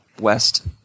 West